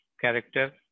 character